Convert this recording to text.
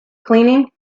cleaning